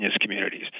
communities